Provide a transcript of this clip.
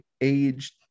age